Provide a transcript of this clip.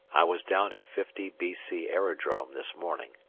i was down at fifty b c. aerodrome this morning,